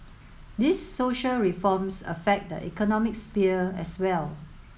these social reforms affect the economic sphere as well